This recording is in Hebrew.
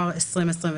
איטליה,